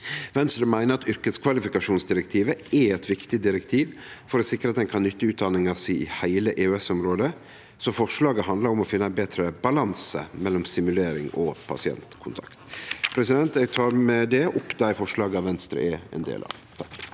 Venstre meiner at yrkeskvalifikasjonsdirektivet er eit viktig direktiv for å sikre at ein kan nytte utdanninga si i heile EØS-området, så forslaget handlar om å finne ein betre balanse mellom simulering og pasientkontakt. Eg tek med det opp dei forslaga Venstre er med på.